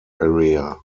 area